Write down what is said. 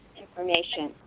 information